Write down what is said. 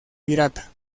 pirata